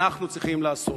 אנחנו צריכים לעשות.